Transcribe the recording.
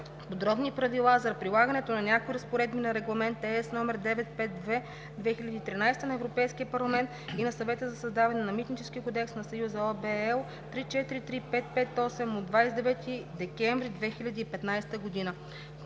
подробни правила за прилагането на някои разпоредби на Регламент (ЕС) № 952/2013 на Европейския парламент и на Съвета за създаване на Митнически кодекс на Съюза (ОВ, L 343/558 от 29 декември 2015 г.)“.